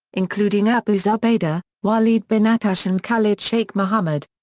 including abu zubaydah, walid bin attash and khalid shaikh mohammed.